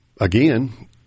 again